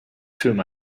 through